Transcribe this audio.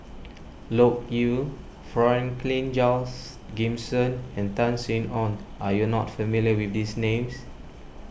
Loke Yew Franklin Charles Gimson and Tan Sin Aun are you not familiar with these names